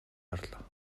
орлоо